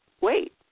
wait